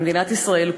במדינת ישראל,